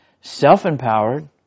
Self-empowered